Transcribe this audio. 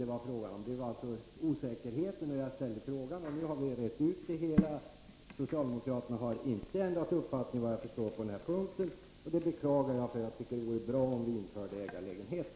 Det fanns alltså en osäkerhet om detta när jag ställde frågan. Nu har vi rett ut det hela. Socialdemokraterna har, såvitt jag förstår, inte ändrat uppfattning på den här punkten. Det beklagar jag, för jag tycker att det vore bra om vi införde ägarlägenheter.